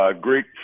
Greek